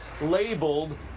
labeled